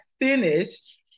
finished